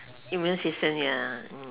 immune system ya